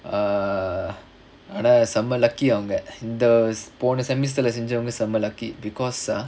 err ஆனா செம:aanaa sema lucky அவங்க இந்த போன:avanga intha pona semester leh செஞ்சவங்க செம:senjavanga sema lucky because ah